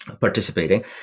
participating